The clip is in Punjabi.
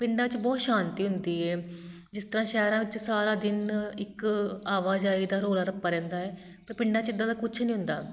ਪਿੰਡਾਂ 'ਚ ਬਹੁਤ ਸ਼ਾਂਤੀ ਹੁੰਦੀ ਏ ਜਿਸ ਤਰ੍ਹਾਂ ਸ਼ਹਿਰਾਂ ਵਿੱਚ ਸਾਰਾ ਦਿਨ ਇੱਕ ਆਵਾਜਾਈ ਦਾ ਰੌਲਾ ਰੱਪਾ ਰਹਿੰਦਾ ਹੈ ਪਰ ਪਿੰਡਾਂ 'ਚ ਇੱਦਾਂ ਦਾ ਕੁਛ ਨਹੀਂ ਹੁੰਦਾ